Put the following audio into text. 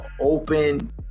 open